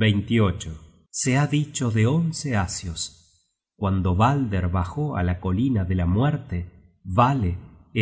ottar se ha dicho de once asios cuando balder bajó á la colina de la muerte vale